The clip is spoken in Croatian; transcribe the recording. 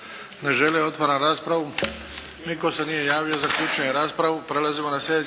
Ne žele. Otvaram raspravu. Nitko se nije javio. Zaključujem raspravu.